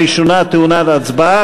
הראשונה טעונה הצבעה.